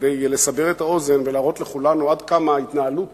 כדי לסבר את האוזן ולהראות לכולנו עד כמה ההתנהלות